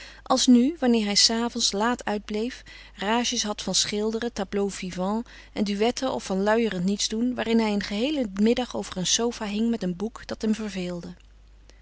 als nu wanneer hij s avonds laat uit bleef rages had van schilderen tableaux-vivants en duetten of van luierend nietsdoen waarin hij een geheelen middag over een sofa hing met een boek dat hem verveelde